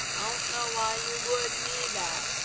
i don't know why you would need that